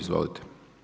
Izvolite.